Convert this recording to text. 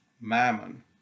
mammon